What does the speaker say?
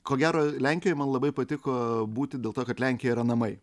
ko gero lenkijoj man labai patiko būti dėl to kad lenkija yra namai